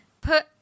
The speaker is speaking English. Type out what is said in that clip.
put